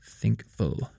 Thinkful